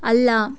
ಅಲ್ಲ